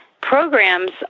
programs